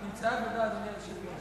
נמצאה האבדה, אדוני היושב-ראש.